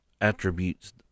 attributes